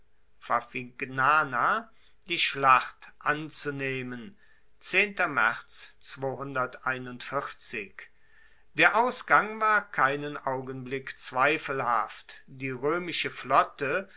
die schlacht anzunehmen der ausgang war keinen augenblick zweifelhaft die roemische flotte